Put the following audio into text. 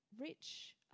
rich